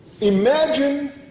imagine